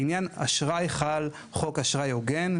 לעניין האשראי חל חוק אשראי הוגן,